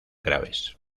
graves